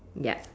yup